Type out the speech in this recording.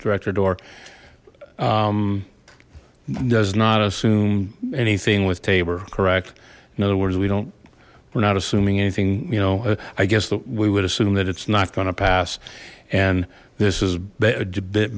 directed or does not assume anything with tabor correct in other words we don't we're not assuming anything you know i guess that we would assume that it's not going to pass and this is b